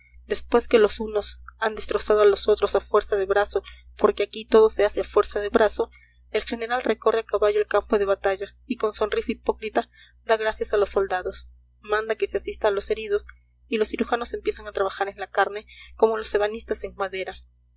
después que los unos han destrozado a los otros a fuerza de brazo porque aquí todo se hace a fuerza de brazo el general recorre a caballo el campo de batalla y con sonrisa hipócrita da gracias a los soldados manda que se asista a los heridos y los cirujanos empiezan a trabajar en la carne como los ebanistas en madera